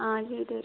ആ ചെയ്ത് തരും